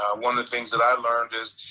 um one of the things that i learned is,